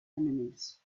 enemies